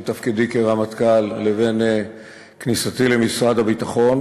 תפקידי כרמטכ"ל לבין כניסתי למשרד הביטחון.